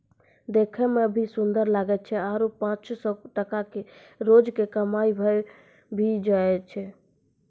देखै मॅ भी सुन्दर लागै छै आरो पांच सौ टका रोज के कमाई भा भी होय जाय छै